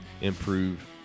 improve